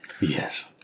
yes